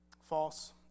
False